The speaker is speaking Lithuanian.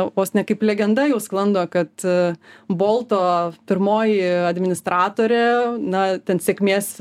vos ne kaip legenda jau sklando kad bolto pirmoji administratorė na ten sėkmės